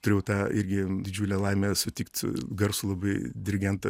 turėjau tą irgi didžiulę laimę sutikt su garsų labai dirigentą